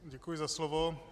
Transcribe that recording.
Děkuji za slovo.